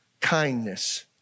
kindness